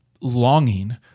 longing